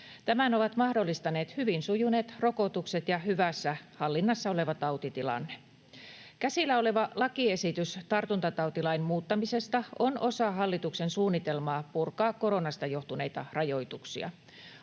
Tämän ovat mahdollistaneet hyvin sujuneet rokotukset ja hyvässä hallinnassa oleva tautitilanne. Käsillä oleva lakiesitys tartuntatautilain muuttamisesta on osa hallituksen suunnitelmaa purkaa koronasta johtuneita rajoituksia.